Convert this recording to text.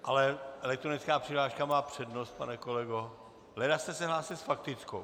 Ale elektronická přihláška má přednost, pane kolego, leda že jste se hlásil s faktickou.